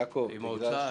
עם האוצר.